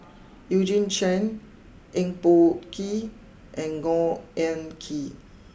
Eugene Chen Eng Boh Kee and Khor Ean Ghee